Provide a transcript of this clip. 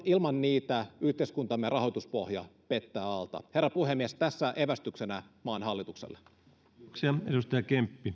ilman niitä yhteiskuntamme rahoituspohja pettää alta herra puhemies tässä evästyksenä maan hallitukselle